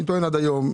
עד היום,